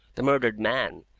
the murdered man,